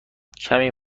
کمی